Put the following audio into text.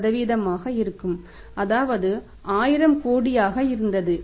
3 ஆக இருக்கும் அதாவது 1000 கோடியாக இருந்தது